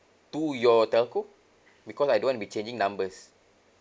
to your telco because I don't want to be changing numbers